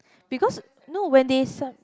because no when they sell